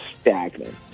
stagnant